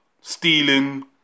stealing